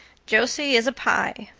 josie is a pye,